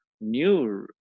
new